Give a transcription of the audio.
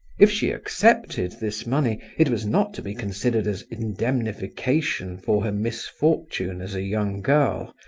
if she accepted this money it was not to be considered as indemnification for her misfortune as a young girl,